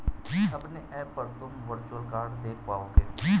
अपने ऐप पर तुम वर्चुअल कार्ड देख पाओगे